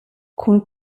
cun